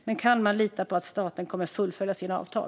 Men kan man lita på att staten kommer att fullfölja sina avtal?